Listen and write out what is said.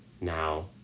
Now